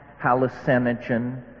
hallucinogen